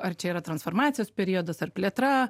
ar čia yra transformacijos periodas ar plėtra